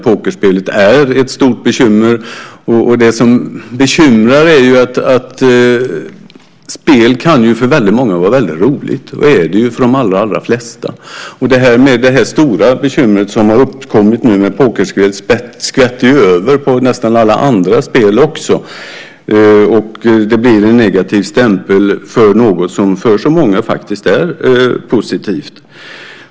Pokerspelet är ett stort bekymmer. Spel kan ju för många vara väldigt roligt, och är det för de allra flesta. Det stora bekymret som har uppkommit nu med pokerspel skvätter ju över på nästan alla andra spel också, och det blir en negativ stämpel på något som för så många faktiskt är positivt.